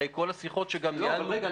אחרי כל השיחות שניהלנו --- אבל רגע,